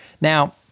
Now